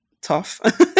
tough